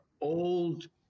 old